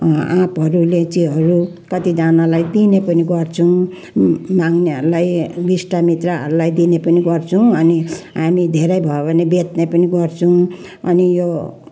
आँपहरू लिचीहरू कतिजनालाई दिने पनि गर्छौँ माग्नेहरूलाई इष्टमित्रहरूलाई दिने पनि गर्छौँ अनि हामी धेरै भयो भने बेच्ने पनि गर्छौँ अनि यो